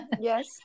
Yes